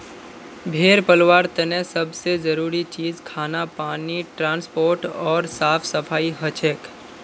भेड़ पलवार तने सब से जरूरी चीज खाना पानी ट्रांसपोर्ट ओर साफ सफाई हछेक